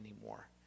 anymore